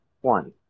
one